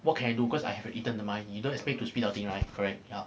what can I do cause I have eaten 的 mah you don't expect to spit out the thing right correct ya